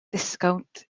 disgownt